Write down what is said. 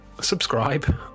subscribe